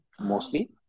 mostly